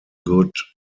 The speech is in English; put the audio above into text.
good